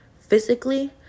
physically